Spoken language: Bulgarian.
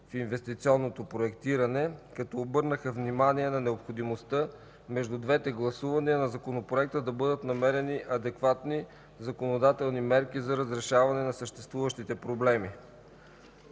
в инвестиционното проектиране, като обърнаха внимание на необходимостта между двете гласувания на законопроекта да бъдат намерени адекватни законодателни мерки за разрешаване на съществуващите проблеми.